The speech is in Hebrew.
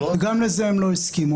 גם לזה הם לא הסכימו.